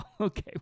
Okay